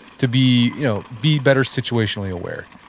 to be you know be better situationally aware?